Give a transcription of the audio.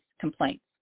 complaints